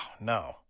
no